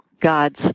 God's